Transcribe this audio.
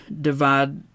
divide